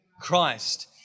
Christ